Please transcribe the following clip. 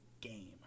game